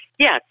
Yes